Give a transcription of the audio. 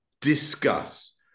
Discuss